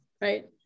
right